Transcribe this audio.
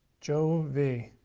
joe v.